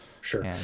Sure